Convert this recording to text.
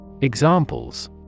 Examples